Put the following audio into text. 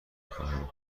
خواهم